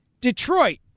Detroit